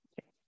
Okay